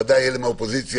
ודאי אלה מהאופוזיציה,